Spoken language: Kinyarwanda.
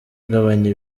agabanya